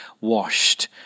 washed